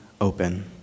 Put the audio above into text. open